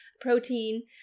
protein